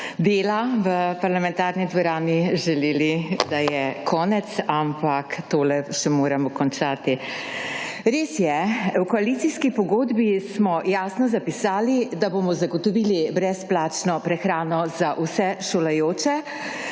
dela v parlamentarni dvorani želeli, da je konec, ampak tole še moramo končati. Res je. V koalicijski pogodbi smo jasno zapisali, da bomo zagotovili brezplačno prehrano za vse šolajoče.